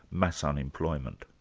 mass unemployment.